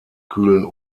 kühlen